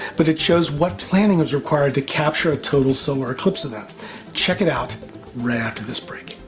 but it shows what planning is required to capture a total solar eclipse event. check it out right after this break.